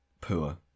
poor